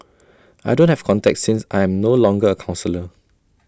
I don't have contacts since I am no longer A counsellor